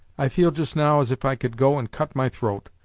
i feel just now as if i could go and cut my throat,